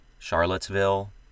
Charlottesville